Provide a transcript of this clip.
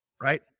right